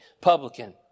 publican